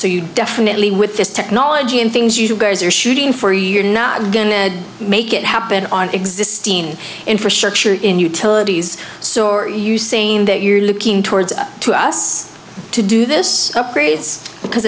so you definitely with this technology and things you guys are shooting for you're not going to make it happen on existing infrastructure in utilities so are you saying that you're looking towards to us to do this upgrades because